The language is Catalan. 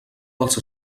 dels